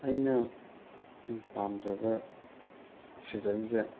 ꯑꯩꯅ ꯄꯥꯝꯖꯕ ꯁꯤꯖꯟꯁꯦ